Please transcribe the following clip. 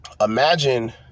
imagine